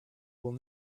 will